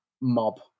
mob